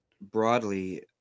Broadly